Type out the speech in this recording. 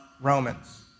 Romans